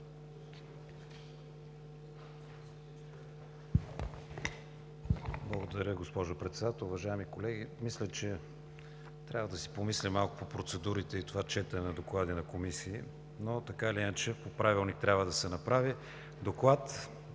Благодаря госпожо Председател. Уважаеми колеги, мисля, че трябва да си помислим малко по процедурите и това четене на доклади на комисии, но, така или иначе, по Правилник трябва да се направи.